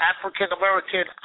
African-American